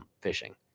Fishing